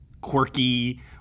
quirky